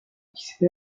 ikisi